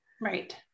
Right